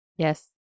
Yes